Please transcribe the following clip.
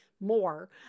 more